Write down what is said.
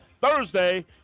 Thursday